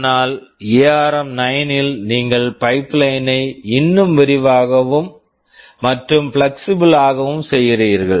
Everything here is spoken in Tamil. ஆனால் எஆர்ம்9 ARM9 ல் நீங்கள் பைப்லைன் pipeline ஐ இன்னும் விரிவாகவும் மற்றும் பிளக்சிபிள் flexible ஆகவும் செய்கிறீர்கள்